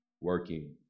working